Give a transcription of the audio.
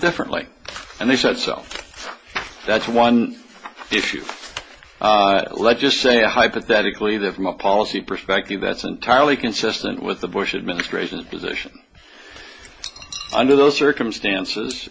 differently and they said so that's one issue let's just say hypothetically that from a policy perspective that's entirely consistent with the bush administration's position under those circumstances